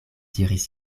diris